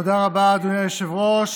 תודה רבה, אדוני היושב-ראש.